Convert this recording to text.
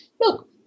Look